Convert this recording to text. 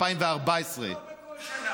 2014. לא בכל שנה.